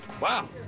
Wow